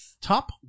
top